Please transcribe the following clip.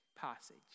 passage